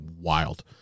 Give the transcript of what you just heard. wild